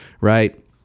right